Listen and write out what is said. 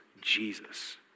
Jesus